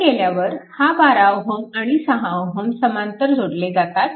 हे केल्यावर हा 12Ω आणि 6Ω समांतर जोडले जातात